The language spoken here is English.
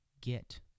get